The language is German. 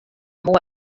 hohe